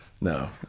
no